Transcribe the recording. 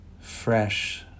fresh